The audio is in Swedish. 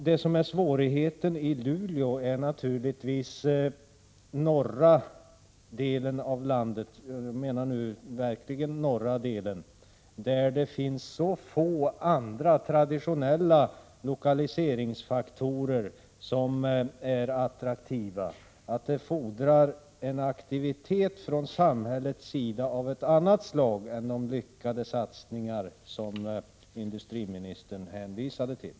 Det som är svårigheten i Luleå är naturligtvis att det i norra delen av landet - jag menar nu verkligen norra delen — finns så få andra traditionella lokaliseringsfaktorer som är attraktiva. Därför fordras en aktivitet från samhällets sida av ett annat slag än de lyckade satsningar som industriministern hänvisade till.